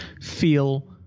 feel